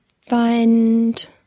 find